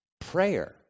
prayer